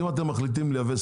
אם אתם מחליטים לייבא,